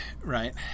right